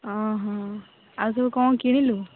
ଅ ହ ଆଉ ସବୁ କ'ଣ କିଣିଲୁ